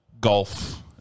golf